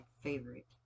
favorite